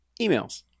emails